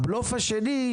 הבלוף השני,